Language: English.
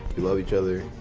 we love each other.